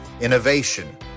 innovation